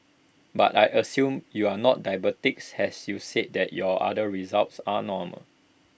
but I assume you are not diabetics as you said that your other results are normal